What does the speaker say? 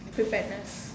preparedness